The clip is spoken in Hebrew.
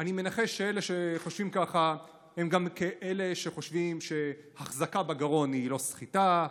אני מנחש שאלה שחושבים ככה הם גם אלה שחושבים שהחזקה בגרון אינה סחיטה,